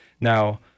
Now